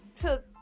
took